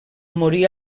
morí